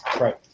right